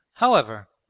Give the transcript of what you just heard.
however,